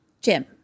Jim